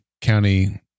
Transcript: county